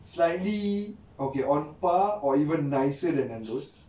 slightly okay on par or even nicer than nandos